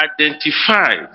identified